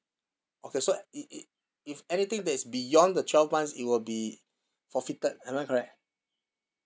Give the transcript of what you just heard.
okay so i~ i~ if anything that's beyond the twelve months it will be forfeited am I correct